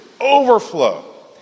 overflow